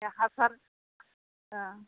ओमफाय हासार